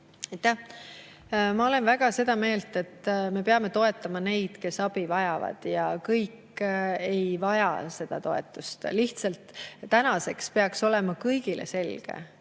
Ma olen väga seda meelt, et me peame toetama neid, kes abi vajavad. Kõik ei vaja seda toetust. Tänaseks peaks olema kõigile selge,